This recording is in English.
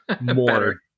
more